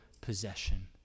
possession